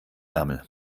ärmel